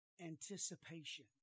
anticipation